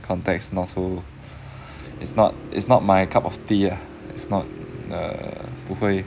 contacts not so it's not it's not my cup of tea ah it's not err 不会